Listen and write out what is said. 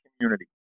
community